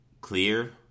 clear